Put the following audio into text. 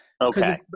okay